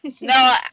No